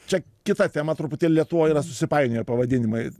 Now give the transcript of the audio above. čia kita tema truputį lietuvoj yra susipainioję pavadinimai